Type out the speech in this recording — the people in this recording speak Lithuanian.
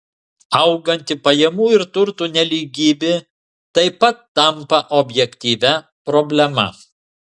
auganti pajamų ir turto nelygybė taip pat tampa objektyvia problema